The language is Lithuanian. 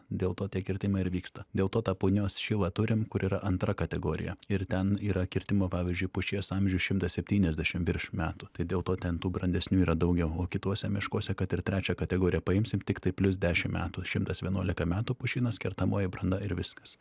dėl to tie kirtimai ir vyksta dėl to tą punios šilą turim kur yra antra kategorija ir ten yra kirtimo pavyzdžiui pušies amžius šimtas septyniasdešim virš metų tai dėl to ten tų brandesnių yra daugiau o kituose miškuose kad ir trečią kategoriją paimsim tiktai plius dešim metų šimtas vienuolika metų pušynas kertamoji branda ir viskas